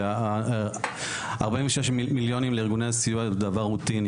כי 46 מיליונים לארגוני הסיוע דבר רוטיני,